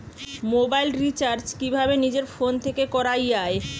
Mobile recharge কিভাবে নিজের phone থেকে করা য়ায়?